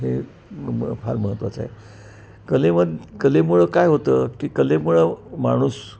हे म म फार महत्त्वाचं आहे कलेम कलेमुळं काय होतं की कलेमुळं माणूस